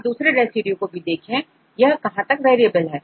अब दूसरे रेसिड्यू को भी देखें यह कहां तक वेरिएबल है